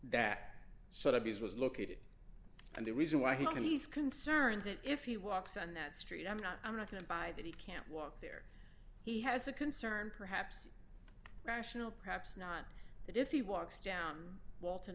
that sort of b s was located and the reason why he's concerned that if he walks on that street i'm not i'm not going to buy that he can't walk there he has a concern perhaps rational perhaps not but if he walks down walton